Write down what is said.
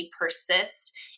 persist